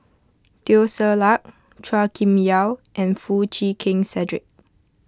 Teo Ser Luck Chua Kim Yeow and Foo Chee Keng Cedric